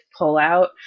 pullout